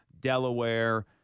Delaware